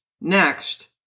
next